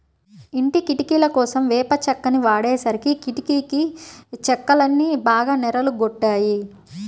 ఇంటి కిటికీలకోసం వేప చెక్కని వాడేసరికి కిటికీ చెక్కలన్నీ బాగా నెర్రలు గొట్టాయి